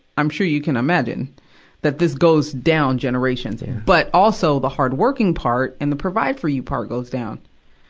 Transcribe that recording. i'm sure you can imagine that this goes down generations. but, also, the hard-working part and the provide-for-you part goes down.